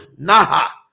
Naha